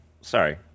Sorry